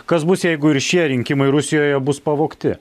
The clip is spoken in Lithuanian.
kas bus jeigu ir šie rinkimai rusijoje bus pavogti